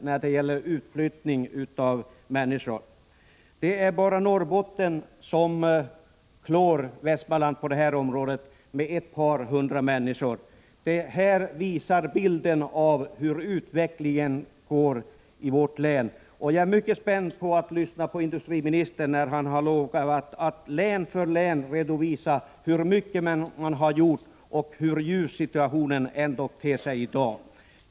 När det gäller utflyttningen är det bara Norrbotten som klår Västmanland, och då med ett par hundra människor. Detta ger en bild av utvecklingen i vårt län. Jag är mycket spänd på att få lyssna till industriministern. Han har ju lovat att län för län redovisa hur mycket man har gjort och att tala om hur ljus situationen ändå ter sig i dag.